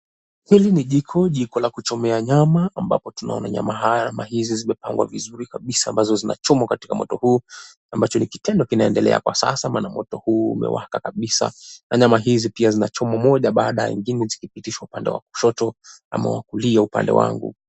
Hili ni jiko jiko la kuchomea nyama ambapo tunaona nyama haya ama nyama hizi zimepangwa vizuri kabisa ambazo zina chomwa katika moto huu ambacho ni kitendo kinaendelea sasa maana moto huu umewaka kabisa na nyama hizi zinachomwa moja baada ya nyengine zikipitishwa upande wa kushoto ama kulia upande wangu.